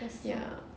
ya